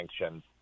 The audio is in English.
sanctions